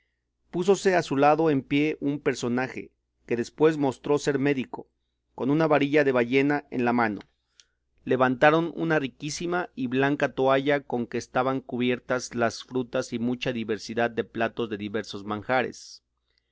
púsose a su lado en pie un personaje que después mostró ser médico con una varilla de ballena en la mano levantaron una riquísima y blanca toalla con que estaban cubiertas las frutas y mucha diversidad de platos de diversos manjares